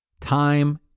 time